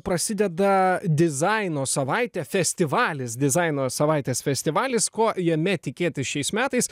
prasideda dizaino savaitė festivalis dizaino savaitės festivalis ko jame tikėtis šiais metais